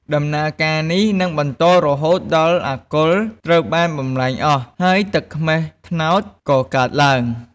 ដំណើរការនេះនឹងបន្តរហូតដល់អាល់កុលត្រូវបានបំប្លែងអស់ ហើយទឹកខ្មេះត្នោតក៏កើតឡើង។